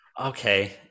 Okay